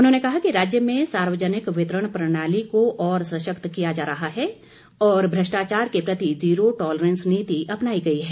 उन्होंने कहा कि राज्य में सार्वजनिक वितरण प्रणाली को और सशक्त किया जा रहा है और भ्रष्टाचार के प्रति जीरो टॉलरेंस नीति अपनाई गई है